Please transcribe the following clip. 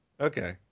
Okay